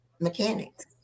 mechanics